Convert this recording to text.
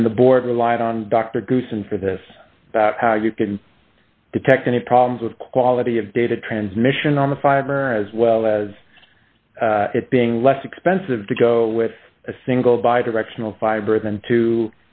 and the board relied on dr goosen for this about how you can detect any problems with quality of data transmission on the fiber as well as it being less expensive to go with a single by directional fiber